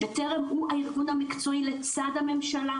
בטרם הוא הארגון המקצועי לצד הממשלה,